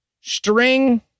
string